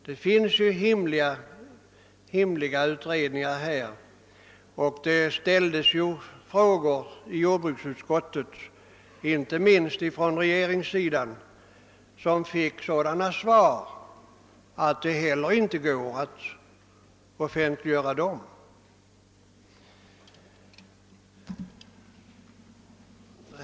Det finns ju hemliga utredningar i detta fall, och det har i jordbruksutskottet ställts frågor, inte minst från regeringssidan, som fått sådana svar att det inte går att offentliggöra dem.